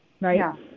right